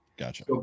gotcha